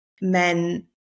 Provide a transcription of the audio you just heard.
men